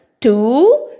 two